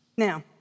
Now